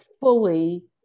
fully